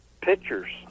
pictures